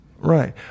Right